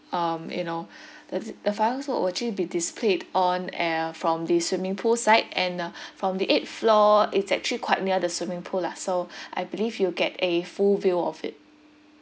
um you know the fireworks will actually be displayed on eh uh from the swimming pool side and uh from the eighth floor it's actually quite near the swimming pool lah so I believe you'll get a full view of it